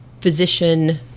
physician